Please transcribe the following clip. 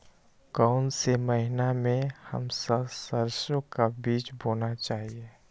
कौन से महीने में हम सरसो का बीज बोना चाहिए?